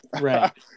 right